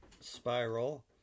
spiral